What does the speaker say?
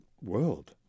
world